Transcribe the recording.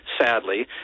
sadly